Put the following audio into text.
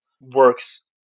works